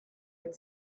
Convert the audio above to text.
had